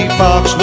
fox